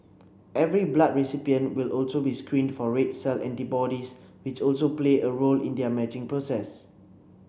every blood recipient will also be screened for red cell antibodies which also play a role in their matching process